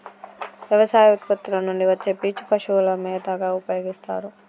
వ్యవసాయ ఉత్పత్తుల నుండి వచ్చే పీచు పశువుల మేతగా ఉపయోస్తారు